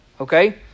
Okay